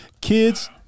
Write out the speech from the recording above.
kids